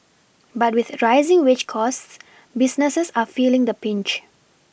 but with a rising wage costs businesses are feeling the Pinch